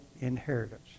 inheritance